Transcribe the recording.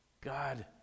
God